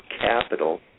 capital